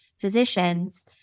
physicians